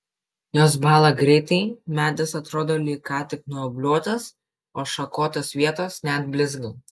jos bąla greitai medis atrodo lyg ką tik nuobliuotas o šakotos vietos net blizga